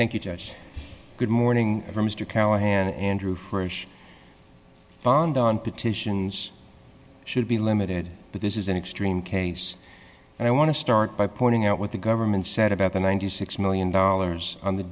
thank you judge good morning mr callahan andrew for ish bond on petitions should be limited but this is an extreme case and i want to start by pointing out what the government said about the ninety six million dollars on the